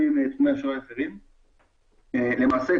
--- למעשה,